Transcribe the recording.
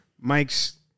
Mike's